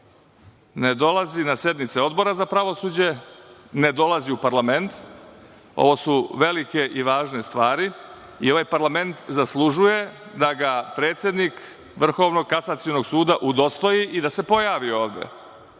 Ne dolazi na sednice Odbora za pravosuđe, ne dolazi u parlament. Ovo su velike i važne stvari i ovaj parlament zaslužuje da ga predsednik VKS udostoji i da se pojavi ovde,